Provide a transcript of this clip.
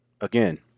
again